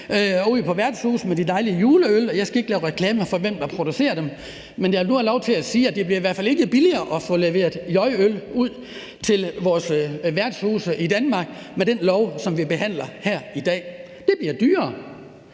og ud på værtshusene, og jeg skal ikke lave reklame for dem, der producerer dem, men jeg vil nu have lov til at sige, at det i hvert fald ikke bliver billigere at få leveret juleøl ud til vores værtshuse i Danmark med det lovforslag, som vi behandler her i dag. Det bliver dyrere.